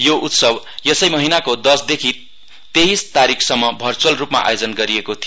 यो उत्सव यसै महिनाको दशदेखि तेहीस तारिकसम्म भर्च्अलरूपमा आयोजन गरिएको थियो